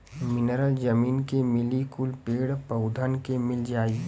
mineral जमीन के मिली कुल पेड़ पउधन के मिल जाई